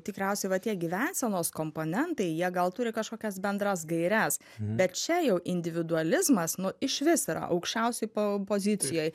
tikriausiai va tie gyvensenos komponentai jie gal turi kažkokias bendras gaires bet čia jau individualizmas nu išvis yra aukščiausioj po pozicijoj